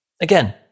Again